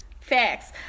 facts